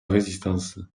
résistance